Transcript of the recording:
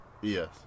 Yes